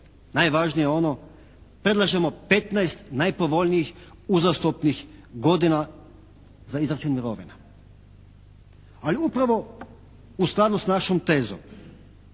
Najvažnije je ono, predlažemo 15 najpovoljnijih uzastopnih godina za izračun mirovina, ali upravo u skladu s našom tezom.